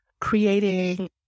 creating